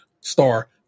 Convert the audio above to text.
star